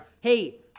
hey